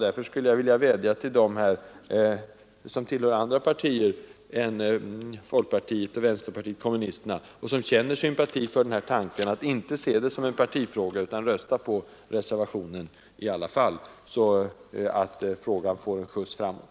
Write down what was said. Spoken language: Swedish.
Därför skulle jag vilja vädja till dem som tillhör andra partier än folkpartiet och vänsterpartiet kommunisterna och som känner sympati för denna tanke att inte se ärendet som en partifråga utan rösta på reservationen, så att frågan får en skjuts framåt.